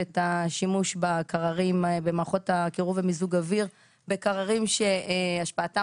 את השימשו בקררים במערכות הקירור ומיזוג האוויר בקררים שהשפעתם